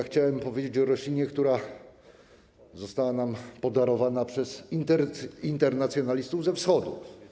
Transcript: Chciałbym powiedzieć o roślinie, która została nam podarowana przez internacjonalistów ze Wschodu.